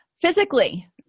Physically